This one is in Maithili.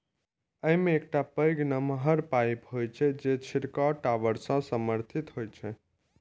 अय मे एकटा पैघ नमहर पाइप होइ छै, जे छिड़काव टावर सं समर्थित होइ छै